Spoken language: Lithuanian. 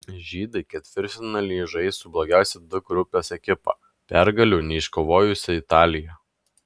žydai ketvirtfinalyje žais su blogiausia d grupės ekipa pergalių neiškovojusia italija